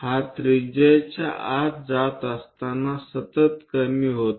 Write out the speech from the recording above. हे त्रिज्याच्या आत जात असताना सतत कमी होते